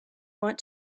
want